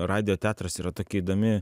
radijo teatras yra tokia įdomi